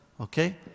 Okay